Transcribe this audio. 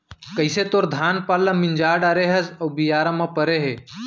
कइसे तोर धान पान ल मिंजा डारे हस अउ बियारा म परे हे